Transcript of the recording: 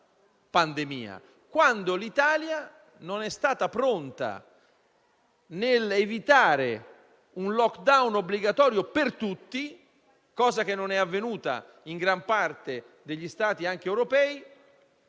quando l'Italia non è stata pronta nell'evitare un *lockdown* obbligatorio per tutti, cosa che non è avvenuta anche in gran parte degli Stati europei,